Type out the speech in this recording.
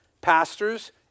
pastors